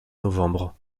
novembre